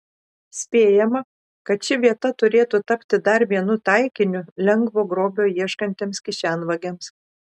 spėjama kad ši vieta turėtų tapti dar vienu taikiniu lengvo grobio ieškantiems kišenvagiams